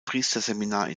priesterseminar